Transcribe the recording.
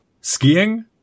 Skiing